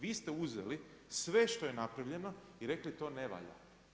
Vi ste uzeli sve što je napravljeno, i rekli to ne valja.